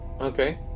Okay